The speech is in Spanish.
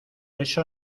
eso